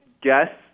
guess